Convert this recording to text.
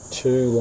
two